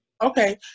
Okay